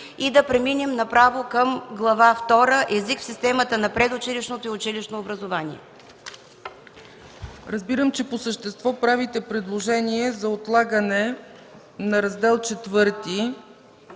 и да преминем направо към Глава втора – „Език в системата на предучилищното и училищното образование”.